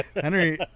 Henry